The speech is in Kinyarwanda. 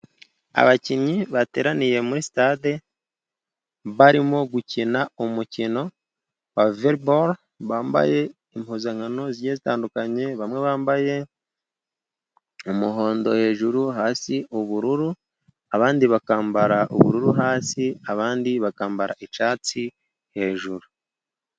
Abakinnyi bateraniye muri sitade, barimo gukina umukino wa voreboro, bambaye impuzankano zitandukanye, bamwe bambaye umuhondo hejuru, hasi ubururu, abandi bakambara ubururu hasi, abandi bakambara icyatsi hejuru.